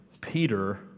Peter